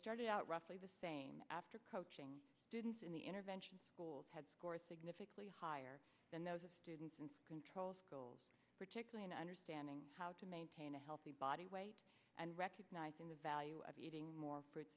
started out roughly the same after coaching students in the intervention schools had scored significantly higher than those of students in control schools particularly in understanding how to maintain a healthy body weight and recognizing the value of eating more fruits